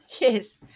Yes